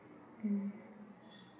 mm